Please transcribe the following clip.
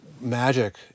magic